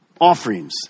offerings